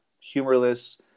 humorless